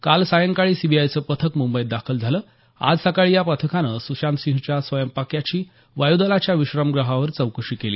काल सायंकाळी सीबीआयचं पथक मुंबईत दाखल झालं आज सकाळी या पथकानं सुशांतसिंहच्या स्वयंपाक्याची वायू दलाच्या विश्रामग्रहावर चौकशी सुरू केली